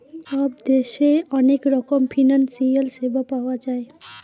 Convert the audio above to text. সব দেশে অনেক রকমের ফিনান্সিয়াল সেবা পাওয়া যায়